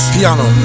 Piano